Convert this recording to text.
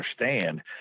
understand